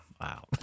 Wow